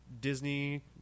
Disney